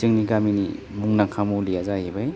जोंनि गामिनि मुंदांखा मुलिया जाहैबाय